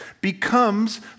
becomes